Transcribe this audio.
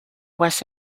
was